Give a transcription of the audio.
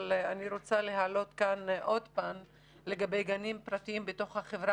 אני רוצה לדבר על גנים פרטיים בתוך החברה